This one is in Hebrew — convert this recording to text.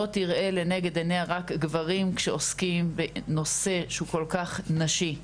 לא תראה לנגד עיניה רק גברים שעוסקים בנושא שהוא כל כך נשי.